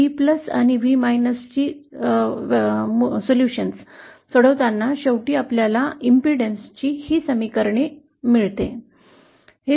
V आणि V ची मूल्ये सोडवताना शेवटी आपल्याला इंपेडेंस ची हे समीकरण मिळते